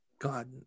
God